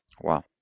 Wow